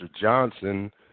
Johnson